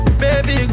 baby